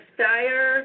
Steyer